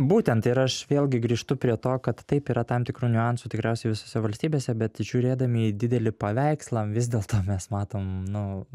būtent ir aš vėlgi grįžtu prie to kad taip yra tam tikrų niuansų tikriausiai visose valstybėse bet žiūrėdami į didelį paveikslą vis dėlto mes matom nu